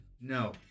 No